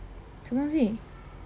什么东西